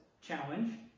challenge